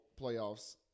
playoffs